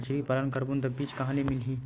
मछरी पालन करबो त बीज कहां मिलही?